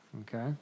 okay